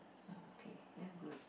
okay that's good